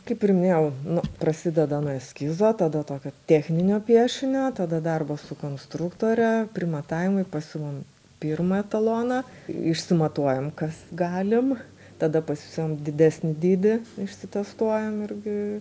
kaip ir minėjau nu prasideda nuo eskizo tada tokio techninio piešinio tada darbas su konstruktore primatavimai pasiuvam pirmą etaloną išsimatuojam kas galim tada pasisiuvam didesnį dydį išsitestuojam irgi